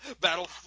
battle